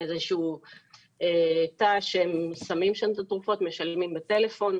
תא שהם שמים שם את התרופות, משלמים בטלפון,